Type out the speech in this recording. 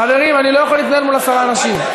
חברים, אני לא יכול להתנהל מול עשרה אנשים.